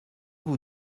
vous